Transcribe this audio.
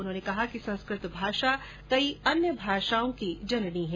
उन्होंने कहा कि संस्कृत भाषा कई अन्य भाषाओं की जननी है